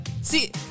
see